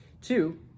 Two